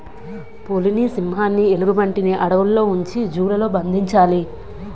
పులిని సింహాన్ని ఎలుగుబంటిని అడవుల్లో ఉంచి జూ లలో బంధించాలి